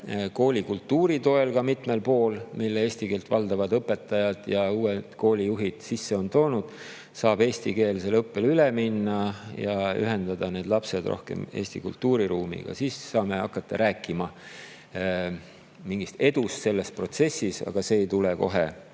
koolikultuurile, mille eesti keelt valdavad õpetajad ja uued koolijuhid sisse on toonud, eestikeelsele õppele üle minna ja ühendada need lapsed rohkem Eesti kultuuriruumiga. Siis saame hakata rääkima mingist edust selles protsessis, aga see ei tule kohe